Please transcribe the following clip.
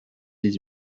dix